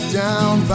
down